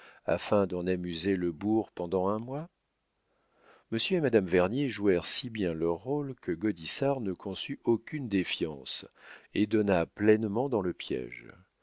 afin d'en amuser le bourg pendant un mois monsieur et madame vernier jouèrent si bien leur rôle que gaudissart ne conçut aucune défiance et donna pleinement dans le piége